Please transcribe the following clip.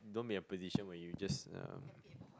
don't be in a position where you just um